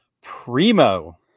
primo